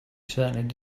certainly